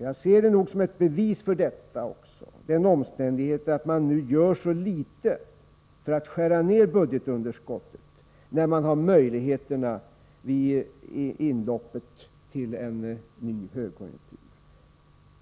1976-1982. Som ett bevis för detta ser jag också omständigheten att man gör så litet för att skära ned budgetunderskottet när man nu har möjligheterna vid inloppet till en ny högkonjunktur.